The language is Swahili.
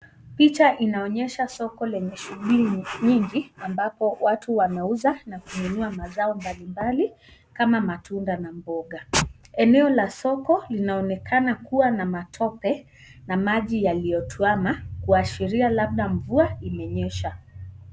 Picha inaonyesha soko lenye shughuli nyinginyingi ambapo watu wanauza na kununua mazao mbalimbali kama matunda na mboga. Eneo la soko linaonekana kuwa na matope na maji yaliyotuama kuashiria labda mvua imenyesha.